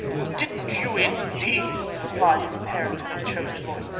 didn't you, indeed! replied his parent in a choked voice.